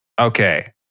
Okay